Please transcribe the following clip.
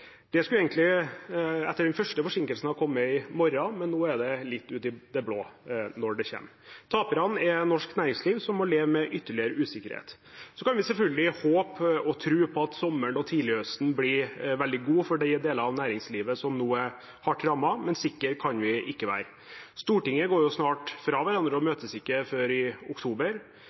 Det skulle egentlig, etter den første forsinkelsen, ha kommet i morgen, men nå er det litt i det blå når det kommer. Taperne er norsk næringsliv, som må leve med ytterligere usikkerhet. Så kan vi selvfølgelig håpe og tro på at sommeren og tidlighøsten blir veldig god for de deler av næringslivet som nå er hardt rammet, men sikre kan vi ikke være. Stortinget går jo snart fra hverandre og møtes ikke før i oktober.